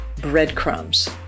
Breadcrumbs